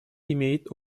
имеет